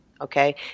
Okay